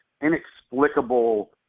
inexplicable